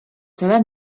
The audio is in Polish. tyle